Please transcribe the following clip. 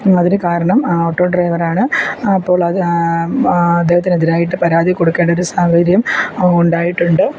അതിനു കാരണം ആ ഓട്ടോ ഡ്രൈവർ ആണ് അപ്പോൾ അത് അദ്ദേഹത്തിനെതിരായിട്ട് പരാതി കൊടുക്കേണ്ട ഒരു സാഹചര്യം ഉണ്ടായിട്ടുണ്ട്